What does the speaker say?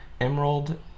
Emerald